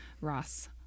Ross